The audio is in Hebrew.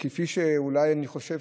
כפי שאני חושב,